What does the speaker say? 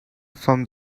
from